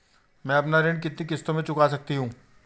मैं अपना ऋण कितनी किश्तों में चुका सकती हूँ?